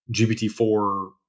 GPT-4